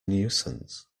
nuisance